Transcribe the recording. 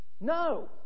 No